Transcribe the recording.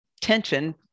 tension